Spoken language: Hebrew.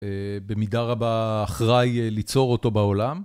במידה רבה אחראי ליצור אותו בעולם.